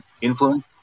influence